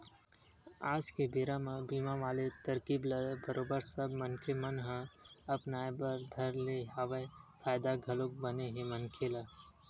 आज के बेरा म बीमा वाले तरकीब ल बरोबर सब मनखे मन ह अपनाय बर धर ले हवय फायदा घलोक बने हे मनखे ल